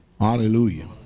hallelujah